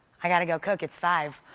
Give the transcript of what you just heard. i got to go cook, it's five